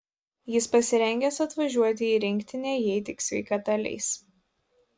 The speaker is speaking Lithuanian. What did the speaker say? jis pasirengęs atvažiuoti į rinktinę jei tik sveikata leis